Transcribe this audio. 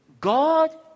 God